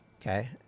okay